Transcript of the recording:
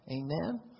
Amen